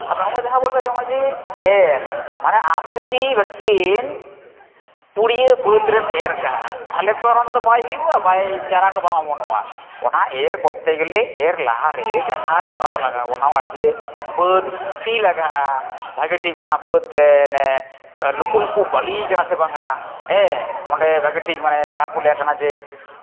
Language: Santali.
ᱟᱫᱚ ᱱᱚᱜᱼᱚᱭ ᱡᱟᱦᱟᱸ ᱵᱚᱱ ᱞᱟᱹᱭ ᱮᱫᱟ ᱱᱚᱜᱼᱚᱭ ᱡᱮ ᱮᱨ ᱢᱟᱱᱮ ᱟᱢ ᱡᱩᱫᱤ ᱢᱤᱫᱴᱤᱱ ᱯᱩᱲᱭᱟᱹ ᱵᱟᱹᱫᱽ ᱨᱮᱢ ᱮᱨ ᱠᱟᱜᱼᱟ ᱛᱟᱦᱚᱞᱮ ᱛᱚ ᱚᱸᱰᱮ ᱛᱚ ᱟᱨ ᱵᱟᱭ ᱦᱩᱭᱩᱜᱼᱟ ᱵᱟᱭ ᱪᱟᱨᱟ ᱠᱚ ᱵᱟᱝ ᱚᱢᱚᱱᱚᱜᱼᱟ ᱚᱱᱟ ᱮᱨ ᱠᱚᱨᱛᱮ ᱜᱮᱞᱮ ᱮᱨ ᱞᱟᱦᱟᱨᱮ ᱡᱟᱦᱟᱸ ᱠᱚᱨᱟᱣ ᱞᱟᱜᱟᱣᱵᱚᱱᱟ ᱱᱜᱼᱚᱭ ᱡᱮ ᱵᱟᱹᱫᱽ ᱥᱤ ᱞᱟᱜᱟᱜᱼᱟ ᱵᱷᱟᱹᱜᱮ ᱴᱷᱤᱠ ᱚᱱᱟ ᱵᱟᱹᱫ ᱛᱮ ᱱᱮ ᱞᱩᱯᱩ ᱵᱟᱹᱞᱤ ᱟᱠᱟᱱᱟ ᱥᱮ ᱵᱟᱝᱟ ᱦᱮᱸ ᱚᱸᱰᱮ ᱵᱷᱟᱹᱜᱤ ᱴᱷᱤᱠ ᱢᱟᱱᱮ ᱡᱟᱦᱟᱸ ᱠᱚ ᱞᱟᱹᱭᱟᱜ ᱠᱟᱱᱟ ᱡᱮ